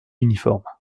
uniforme